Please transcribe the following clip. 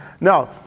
now